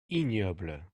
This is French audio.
ignoble